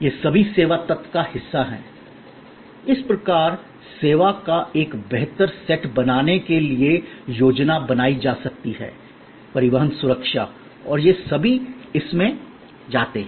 ये सभी सेवा तत्व का हिस्सा हैं इस प्रकार सेवा का एक बेहतर सेट बनाने के लिए योजना बनाई जा सकती है परिवहन सुरक्षा और ये सभी भी इसमें जाते हैं